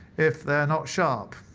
if they're not sharp,